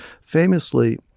Famously